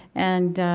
and,